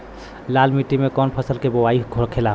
लाल मिट्टी में कौन फसल के बोवाई होखेला?